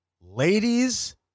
ladies